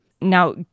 Now